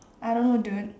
I don't know dude